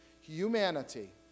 Humanity